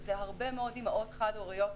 הרבה אימהות חד-הוריות,